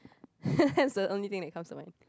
that's the only thing that comes to mind